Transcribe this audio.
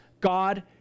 God